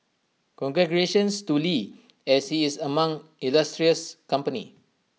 congratulations to lee as he is among illustrious company